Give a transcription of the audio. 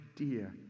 idea